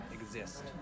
exist